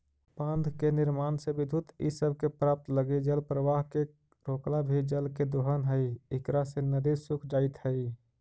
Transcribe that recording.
बाँध के निर्माण से विद्युत इ सब के प्राप्त लगी जलप्रवाह के रोकला भी जल के दोहन हई इकरा से नदि सूख जाइत हई